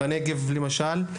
בנגב למשל,